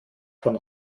von